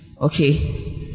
okay